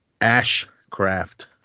Ashcraft